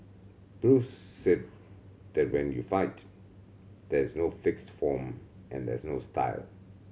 Bruce said that when you fight there is no fixed form and there is no style